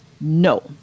no